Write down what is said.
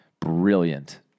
brilliant